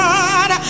God